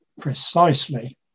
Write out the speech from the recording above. Precisely